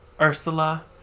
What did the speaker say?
Ursula